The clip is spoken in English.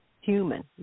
human